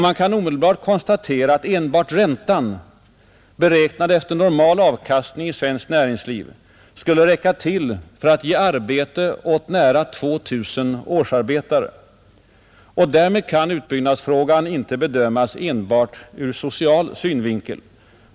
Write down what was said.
Man kan omedelbart konstatera att enbart räntan, beräknad efter normal avkastning i svenskt näringsliv, skulle räcka till för att ge arbete åt nära 2 000 årsarbetare, Därmed kan utbyggnadsfrågan inte bedömas enbart ur social synvinkel.